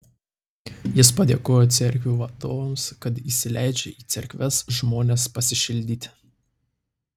jis padėkojo cerkvių vadovams kad įsileidžia į cerkves žmones pasišildyti